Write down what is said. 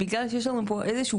בגלל שיש לנו פה איזה שהוא